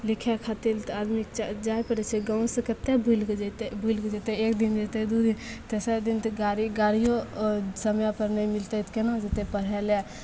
लिखए खातिर तऽ आदमीके जाइ पड़ैत छै गाँव से कतेक बुलिके जैतै बुलिके जेतै एकदिन जेतै दू दिन जेतै तेसरा दिन तऽ गाड़ी गाड़ियो ओ समय पर नहि मिलतै तऽ केना जेतै पढ़ए लए